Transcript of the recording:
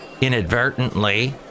inadvertently